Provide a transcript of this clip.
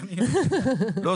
לא,